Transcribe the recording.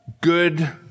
good